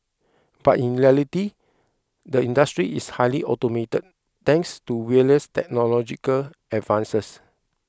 but in reality the industry is highly automated thanks to various technological advances